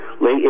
late